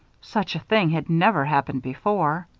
such a thing had never happened before.